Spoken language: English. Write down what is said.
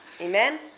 amen